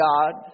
God